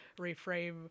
reframe